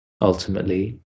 ultimately